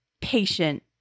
patient